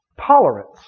Tolerance